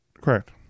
correct